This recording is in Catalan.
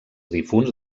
difunts